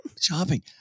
shopping